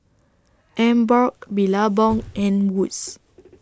Emborg Billabong and Wood's